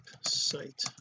site